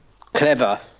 Clever